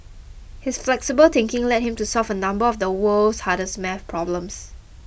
his flexible thinking led him to solve a number of the world's hardest maths problems